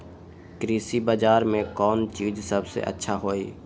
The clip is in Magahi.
कृषि बजार में कौन चीज सबसे अच्छा होई?